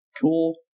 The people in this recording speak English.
cool